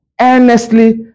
Earnestly